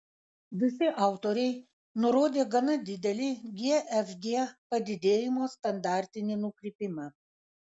visi autoriai nurodė gana didelį gfg padidėjimo standartinį nukrypimą